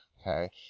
okay